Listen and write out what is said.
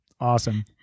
Awesome